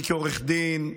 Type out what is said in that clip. כעורך דין,